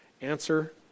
Answer